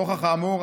נוכח האמור,